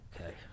okay